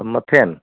सभु मथे आहिनि